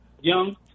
young